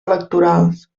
electorals